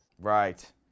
Right